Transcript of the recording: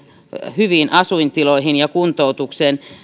hyviin asuintiloihin ja kuntoutukseen